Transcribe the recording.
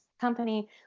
company